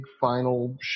final